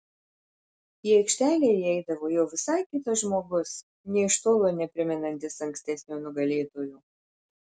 į aikštelę įeidavo jau visai kitas žmogus nė iš tolo neprimenantis ankstesnio nugalėtojo